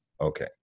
Okay